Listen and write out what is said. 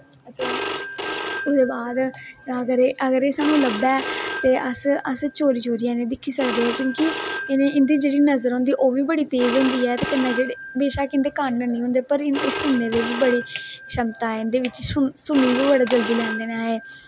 ते ओहदे बाद अगर एह् स्हानू लब्भै अस चोरी चोरी इनेंगी दिक्खदे क्योंकि इंदी जेहड़ी नजर होंदी ओह् बी बड़ै तेज होंदी ऐ ते कन्ने जेहडे़ बेशक इंदे कन्न नेईं होदे पर एह् सुनने दे बी बड़ी क्षमता ऐ इंदे बिच सुनी बी बड़ा जल्दी लेंदे न एह्